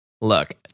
Look